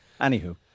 anywho